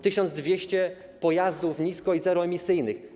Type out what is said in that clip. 1200 pojazdów nisko- i zeroemisyjnych.